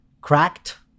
cracked